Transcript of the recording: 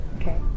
Okay